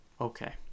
Okay